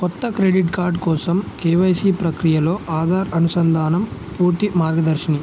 కొత్త credit card కోసం KYC ప్రక్రియలో ఆధార్ అనుసంధానం పూర్తి మార్గదర్శని